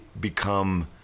become